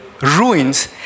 ruins